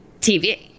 TV